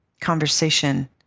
conversation